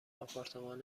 آپارتمان